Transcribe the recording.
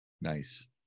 Nice